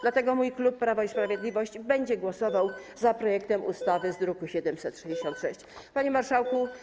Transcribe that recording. Dlatego mój klub Prawo i Sprawiedliwość będzie głosował za projektem ustawy z druku nr 766. Panie Marszałku!